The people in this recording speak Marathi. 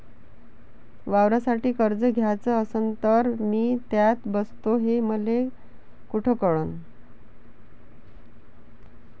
वावरासाठी कर्ज घ्याचं असन तर मी त्यात बसतो हे मले कुठ कळन?